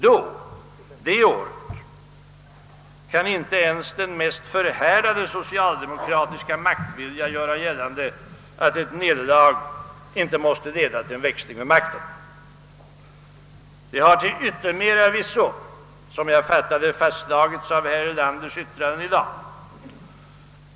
Ty då kan inte ens den mest förhärdade <socialdemokratiska maktvilja göra gällande att ett nederlag inte måste leda till en växling vid makten. Detta har till yttermera visso, som jag fattat det, fastslagits genom herr Erlanders yttranden i dag.